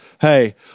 hey